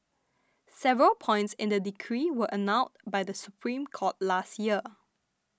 several points in the decree were annulled by the Supreme Court last year